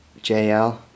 JL